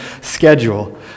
schedule